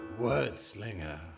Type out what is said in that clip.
wordslinger